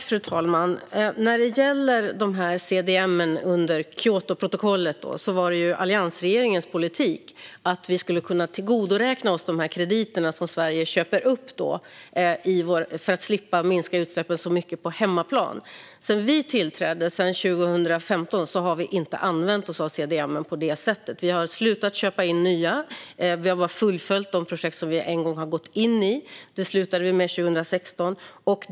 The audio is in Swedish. Fru talman! När det gäller CDM under Kyotoprotokollet var det alliansregeringens politik att vi skulle kunna tillgodoräkna oss de krediter som Sverige köper upp för att slippa minska utsläppen så mycket på hemmaplan. Sedan vi tillträdde 2015 har vi inte använt CDM på det sättet. Vi har slutat att köpa in nya och har bara fullföljt de projekt som vi tidigare har gått in i. Det slutade vi med 2016.